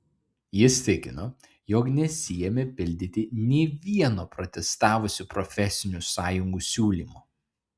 jis tikino jog nesiėmė pildyti nė vieno protestavusių profesinių sąjungų siūlymo